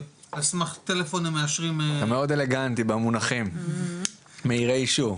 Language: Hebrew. על סמך טלפון הם מאשרים אתה מאוד אלגנטי במונחים "מהירי אישור",